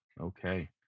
Okay